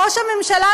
ראש הממשלה,